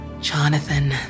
Jonathan